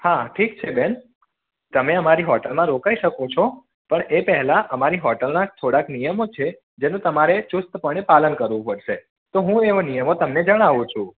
હાં ઠીક છે બેન તમે અમારી હોટલમાં રોકાઈ શકો છો પણ એ પહેલાં અમારી હોટલના થોડાક નિયમો છે જેનું તમારે ચુસ્તપણે પાલન કરવું પડશે તો હું એવા નિયમો તમને જણાવું છું